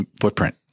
footprint